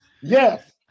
Yes